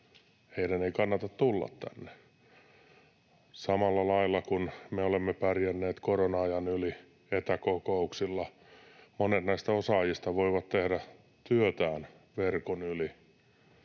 Heidän ei kannata tulla tänne. Samalla lailla kuin me olemme pärjänneet korona-ajan yli etäkokouksilla, monet näistä osaajista voivat tehdä työtään verkon yli